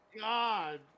god